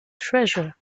treasure